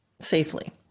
safely